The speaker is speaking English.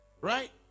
Right